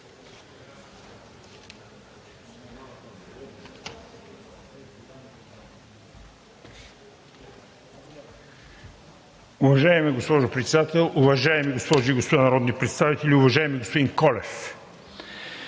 Уважаема госпожо Председател, уважаеми колеги народни представители! Уважаеми господин Гаджев,